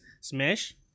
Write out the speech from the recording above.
smash